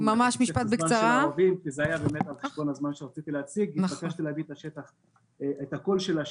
התעקשתי להביא את הקול של השטח,